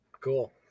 Cool